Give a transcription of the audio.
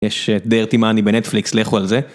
יש דרטי מאני בנטפליק, לכו על זה.